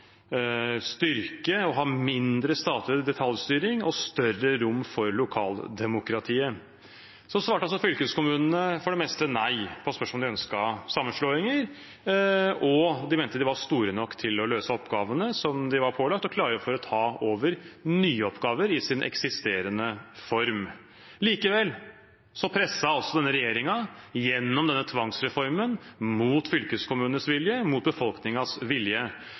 styrke og å ha mindre statlig detaljstyring og større rom for lokaldemokratiet. Fylkeskommunene svarte for det meste nei på spørsmålet om de ønsket sammenslåing, og de mente de var store nok til å løse oppgavene de var pålagt, og klare for å ta over nye oppgaver i sin eksisterende form. Likevel presset regjeringen gjennom denne tvangsreformen mot fylkeskommunenes vilje, mot befolkningens vilje.